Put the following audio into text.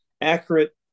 accurate